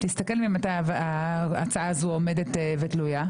תסתכל ממתי ההצעה הזו עומדת וגלויה,